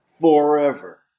Forever